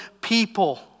people